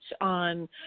on